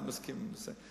אתם מסכימים עם זה.